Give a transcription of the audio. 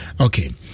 Okay